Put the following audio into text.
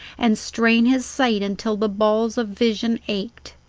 and strain his sight until the balls of vision ached.